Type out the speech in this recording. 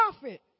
prophet